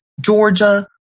Georgia